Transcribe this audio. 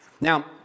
Now